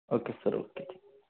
okay sir okay ठीक